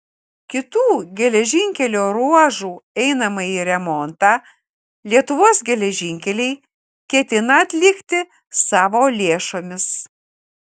kitų geležinkelio ruožų einamąjį remontą lietuvos geležinkeliai ketina atlikti savo lėšomis